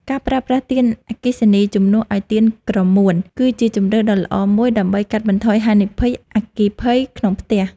ការប្រើប្រាស់ទៀនអគ្គិសនីជំនួសឱ្យទៀនក្រមួន គឺជាជម្រើសដ៏ល្អមួយដើម្បីកាត់បន្ថយហានិភ័យអគ្គិភ័យក្នុងផ្ទះ។